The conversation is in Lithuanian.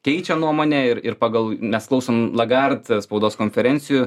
keičia nuomonę ir ir pagal nes klausom lagart spaudos konferencijų